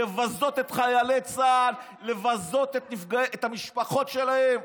לבזות את חיילי צה"ל, לבזות את המשפחות שלהם,